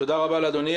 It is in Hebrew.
תודה רבה לאדוני.